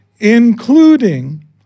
including